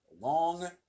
long